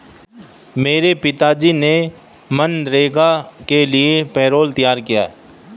मेरे पिताजी ने मनरेगा के लिए पैरोल तैयार किया